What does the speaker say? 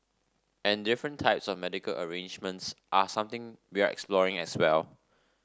and different types of medical arrangements are something we're exploring as well